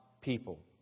people